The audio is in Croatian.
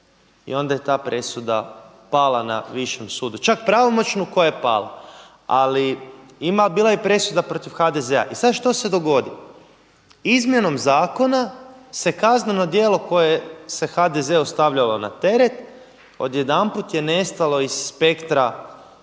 i onda je ta presuda pala na višem sudu, čak pravomoćnu koja je pala, ali bila je presuda protiv HDZ-a. I sada što se dogodi? Izmjenom zakona se kazneno djelo koje se HDZ-u stavljalo na teret odjedanput je nestalo iz spektra